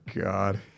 God